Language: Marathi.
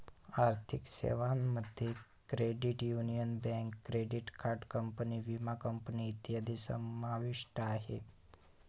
आर्थिक सेवांमध्ये credit union, bank, credit card company, विमा कंपनी इत्यादी समाविष्ट आहे